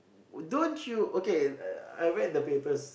don't you okay I I read the papers